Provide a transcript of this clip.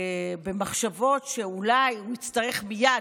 במחשבות שאולי הוא יצטרך ומייד,